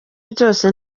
byose